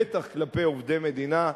בטח כלפי עובדי המדינה,